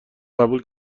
قبول